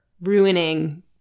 ruining